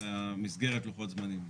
אלא מסגרת לוחות זמנים,